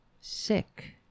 sick